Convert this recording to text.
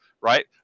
Right